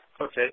Okay